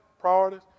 Priorities